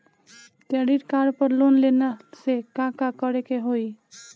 Credit card पर loan लेला से का का करे क होइ?